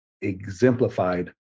exemplified